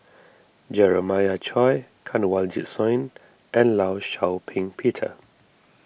Jeremiah Choy Kanwaljit Soin and Law Shau Ping Peter